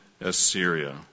Assyria